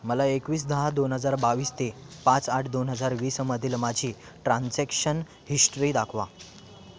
मला एकवीस दहा दोन हजार बावीस ते पाच आठ दोन हजार वीसमधील माझी ट्रान्झॅक्शन हिस्ट्री दाखवा